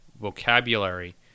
vocabulary